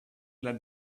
let